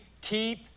keep